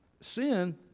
Sin